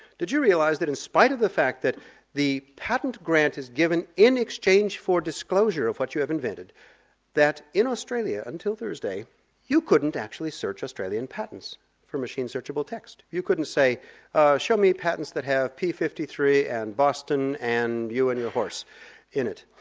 did you realise that in spite of the fact that the patent grant is given in exchange for disclosure of what you have invented that in australia until thursday you couldn't actually search australian patents from machine-searchable text. you couldn't say show me patents that have p five three and boston and you and your horse in it.